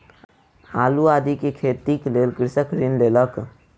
आलू आदि के खेतीक लेल कृषक ऋण लेलक